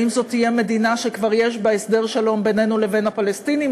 האם זו תהיה מדינה שכבר יש בה הסדר שלום בינינו לבין הפלסטינים,